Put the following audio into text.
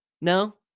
No